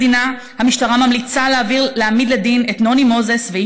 המשטרה ממליצה להעמיד לדין את נוני מוזס ואת